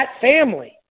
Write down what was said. family